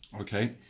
Okay